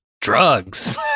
drugs